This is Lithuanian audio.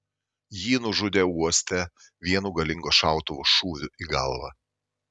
jį nužudė uoste vienu galingo šautuvo šūviu į galvą